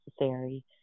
necessary